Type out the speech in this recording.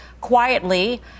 quietly